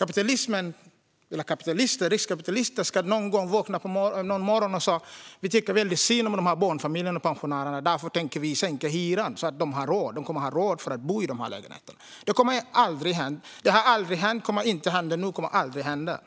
att riskkapitalister ska vakna någon morgon och säga: "Vi tycker synd om de här barnfamiljerna och pensionärerna. Därför tänker vi sänka hyran så att de får råd att bo i de här lägenheterna." Det har aldrig hänt och kommer aldrig att hända.